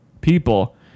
people